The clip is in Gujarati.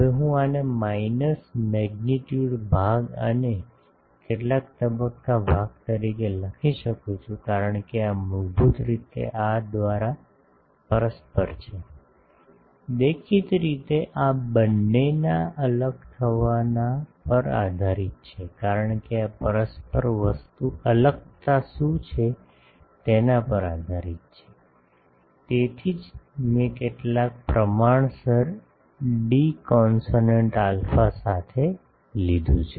હવે હું આને માઈનસ મેગ્નીટ્યૂડ ભાગ અને કેટલાક તબક્કા ભાગ તરીકે લખી શકું છું કારણ કે આ મૂળભૂત રીતે આ દ્વારા પરસ્પર છે દેખીતી રીતે આ બંનેના અલગ થવાના પર આધારીત છે કારણ કે આ પરસ્પર વસ્તુ અલગતા શું છે તેના પર આધારીત છે તેથી જ મેં કેટલાક પ્રમાણસર ડી કોન્સ્ટન્ટ આલ્ફા સાથે લીધું છે